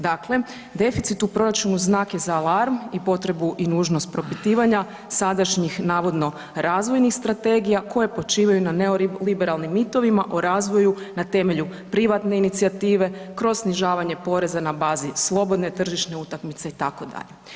Dakle, deficit u proračunu znak je za alarm i potrebu i nužnost propitivanja sadašnjih navodno razvojnih strategija koje počivaju na neoliberalnim mitovima o razvoju na temelju privatne inicijative kroz snižavanje poreza na bazi slobodne tržišne utakmice itd.